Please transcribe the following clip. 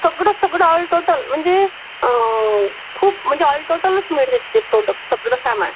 सगळं संगळं all total म्हणजे खूप म्हणजे ऑल टोटलच मिळते ते प्रोडक सगळं सामान